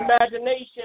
imagination